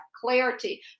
clarity